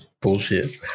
Bullshit